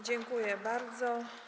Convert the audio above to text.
Dziękuję bardzo.